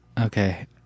Okay